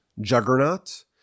juggernaut